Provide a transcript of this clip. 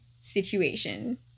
situation